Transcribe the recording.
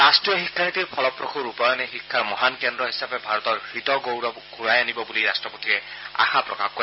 ৰাষ্ট্ৰীয় শিক্ষানীতিৰ ফলপ্ৰসু ৰূপায়ণে শিক্ষাৰ মহান কেন্দ্ৰ হিচাপে ভাৰতৰ হৃত গৌৰৱ ঘূৰাই আনিব বুলি ৰাষ্ট্ৰপতিয়ে আশা প্ৰকাশ কৰে